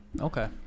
okay